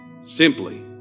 simply